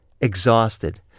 exhausted